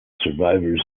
survivors